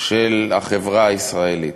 של החברה הישראלית.